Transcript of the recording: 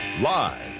Live